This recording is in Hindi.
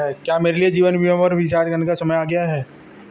क्या मेरे लिए जीवन बीमा पर विचार करने का समय आ गया है?